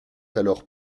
alors